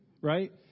Right